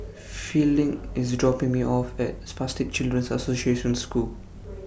Fielding IS dropping Me off At Spastic Children's Association School